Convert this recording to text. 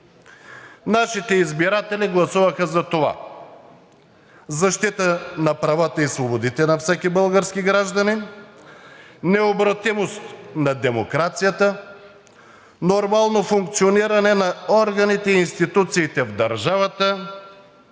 Нашите избиратели гласуваха за това: защита на правата и свободите на всеки български гражданин, необратимост на демокрацията, нормално функциониране на органите и институциите в държавата,